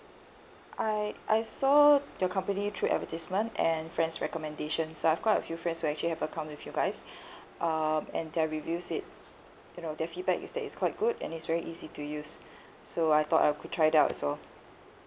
I I saw your company through advertisement and friend's recommendations I have quite a few friends who actually have account with you guys um and their reviews it you know their feedback is that it's quite good and it's very easy to use so I thought I could try it out as well